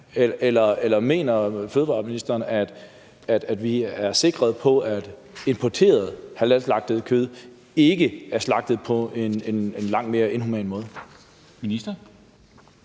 Eller mener fødevareministeren, at vi har sikkerhed for, at importeret halalslagtet kød ikke er slagtet på en meget inhuman måde?